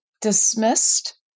dismissed